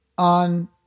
on